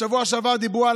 בשבוע שעבר דיברו על